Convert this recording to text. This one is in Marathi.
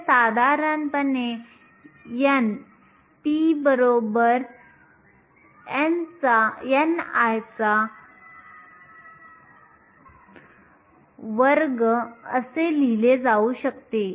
हे साधारणपणे n p ni2 असे लिहिले जाऊ शकते